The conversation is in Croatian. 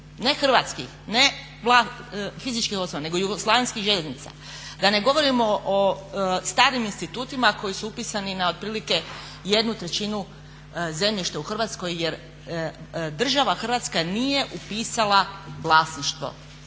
ne hrvatskih, ne fizičkih osoba nego Jugoslavenskih željeznica, da ne govorimo o starim institutima koji su upisani na otprilike 1/3 zemljišta u Hrvatskoj jer država Hrvatska nije upisala vlasništvo,